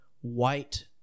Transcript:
white